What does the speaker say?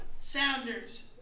Sounders